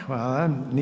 Hvala.